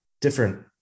Different